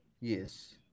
Yes